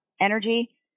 energy